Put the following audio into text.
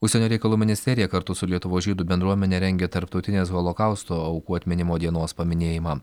užsienio reikalų ministerija kartu su lietuvos žydų bendruomene rengia tarptautinės holokausto aukų atminimo dienos paminėjimą